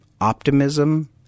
optimism